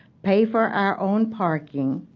pay for our own parking,